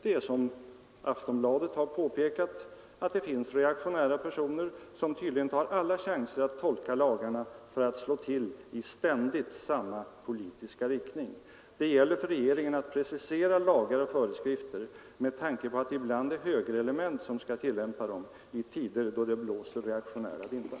Det är, som Aftonbladet har påpekat, så att det finns reaktionära personer som tydligen tar ”alla chanser att tolka lagarna för att slå till i ständigt samma politiska riktning. Det gäller för regeringen att precisera lagar och föreskrifter med tanke på att det ibland är högerelement som ska tillämpa dem i tider då det blåser reaktionära vindar.”